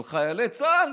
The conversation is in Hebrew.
על חיילי צה"ל